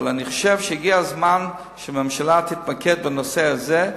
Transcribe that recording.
אבל אני חושב שהגיע הזמן שהממשלה תתמקד בנושא הזה,